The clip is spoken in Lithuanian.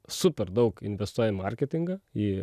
super daug investuoja marketingą į